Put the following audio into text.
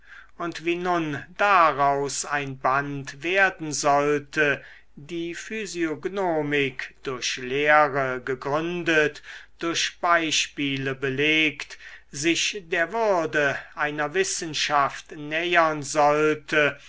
und wie nun daraus ein band werden sollte die physiognomik durch lehre gegründet durch beispiele belegt sich der würde einer wissenschaft nähern sollte